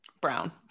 brown